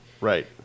Right